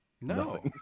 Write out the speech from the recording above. No